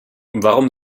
warum